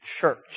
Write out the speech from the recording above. church